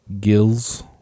gills